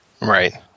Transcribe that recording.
Right